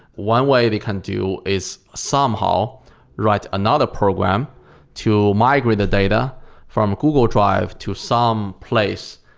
one way they can do is somehow write another program to migrate the data from google drive to some place.